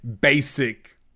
basic